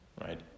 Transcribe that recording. right